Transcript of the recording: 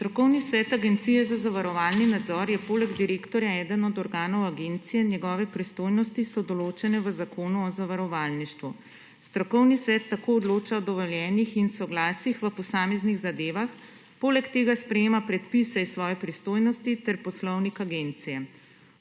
Strokovni svet Agencije za zavarovalni nadzor je poleg direktorja eden od organov agencije, njegove pristojnosti so določene v Zakonu o zavarovalništvu. Strokovni svet tako odloča o dovoljenih in soglasjih v posameznih zadevah, poleg tega sprejema predpisa iz svoje pristojnosti ter poslovnik agencije.